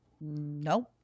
Nope